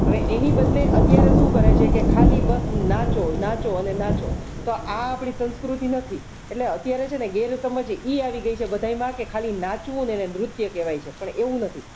હવે એની બદલે અત્યારે શું કરે છે કે ખાલી બસ નાચો નાચો અને નાચો તો આ આપણે સંસ્કૃતિ નથી એટલે અત્યારે છે ને ગેરસમજ એ આવી ગઈ છે બધાયમાં કે ખાલી નાચવું ને એને નૃત્ય કેવાય છે પણ એવું નથી